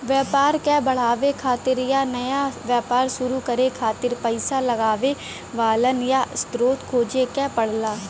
व्यापार क बढ़ावे खातिर या नया व्यापार शुरू करे खातिर पइसा लगावे वालन क स्रोत खोजे क पड़ला